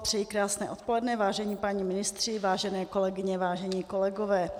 Přeji krásné odpoledne, vážení páni ministři, vážené kolegyně, vážení kolegové.